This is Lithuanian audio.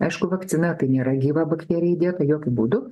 aišku vakcina tai nėra gyva bakterija įdėta jokiu būdu